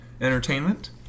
entertainment